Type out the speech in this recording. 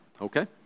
Okay